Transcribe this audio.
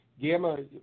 gamma